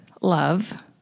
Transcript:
love